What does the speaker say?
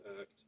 act